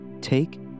Take